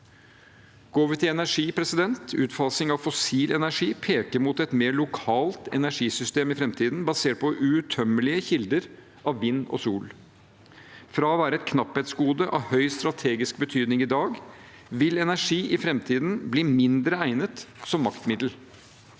Går vi til energi, peker utfasing av fossil energi mot et mer lokalt energisystem i framtiden, basert på uuttømmelige kilder av vind og sol. Fra å være et knapp hetsgode av høy strategisk betydning i dag vil energi i framtiden bli mindre egnet som maktmiddel.